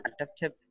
adaptive